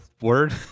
word